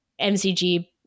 MCG